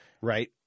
Right